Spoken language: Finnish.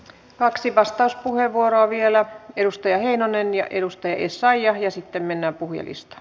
kaksi vastauspuheenvuoroa vielä edustaja heinonen ja edustaja essayah ja sitten mennään puhujalistaan